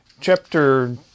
chapter